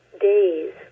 days